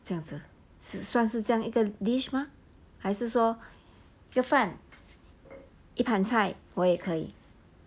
这样只算是这样一个 dish 吗还是说就饭一盘菜我也可以